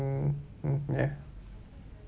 mm mm ya